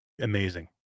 Amazing